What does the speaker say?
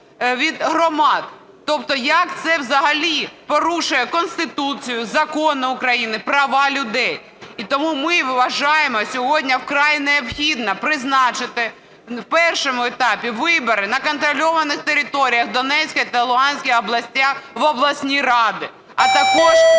від громад. Тобто як це взагалі порушує Конституцію, закони України, права людей? І тому ми вважаємо, сьогодні вкрай необхідно призначити в першому етапі вибори на контрольованих територіях Донецької та Луганської областей в обласні ради. А також